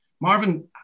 Marvin